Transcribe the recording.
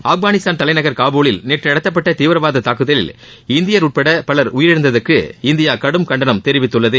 ஆப்கானிஸ்தான் தலைநகர் காபூலில் நேற்று நடத்தப்பட்ட தீவிரவாத தாக்குதலில் இந்தியர் உட்பட பலர் உயிரிழந்ததற்கு இந்தியா கடும் கண்டனம் தெரிவித்துள்ளது